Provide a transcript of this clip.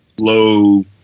low